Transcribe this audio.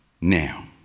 now